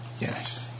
Yes